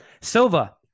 Silva